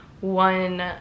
one